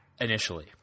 Initially